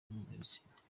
mpuzabitsina